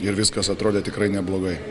ir viskas atrodė tikrai neblogai